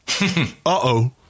uh-oh